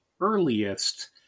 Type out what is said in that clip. earliest